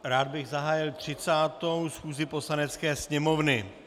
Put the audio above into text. Rád bych zahájil 30. schůzi Poslanecké sněmovny.